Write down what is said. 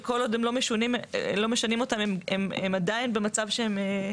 וכל עוד לא משנים אותם הם עדיין במצב שהם